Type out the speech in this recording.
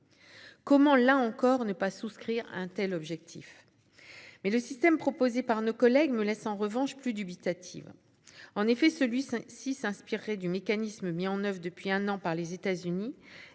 Comment, là encore, ne pas souscrire à un tel objectif ? Le système proposé par nos collègues me laisse, en revanche, plus dubitative. En effet, celui-ci s'inspirerait du mécanisme qui est mis en oeuvre depuis un an par les États-Unis